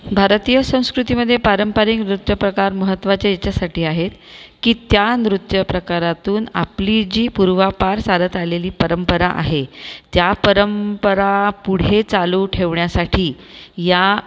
भारतीय संस्कृतीमध्ये पारंपरिक नृत्यप्रकार महत्वाचे याच्यासाठी आहेत की त्या नृत्यप्रकारातून आपली जी पूर्वापार चालत आलेली परंपरा आहे त्या परंपरा पुढे चालू ठेवण्यासाठी या